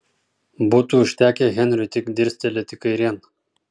būtų užtekę henriui tik dirstelėti kairėn